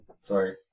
Sorry